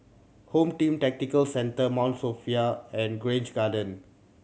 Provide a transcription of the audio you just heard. Home Team Tactical Centre Mount Sophia and Grange Garden